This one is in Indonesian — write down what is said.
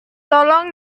tolong